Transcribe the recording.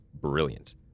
brilliant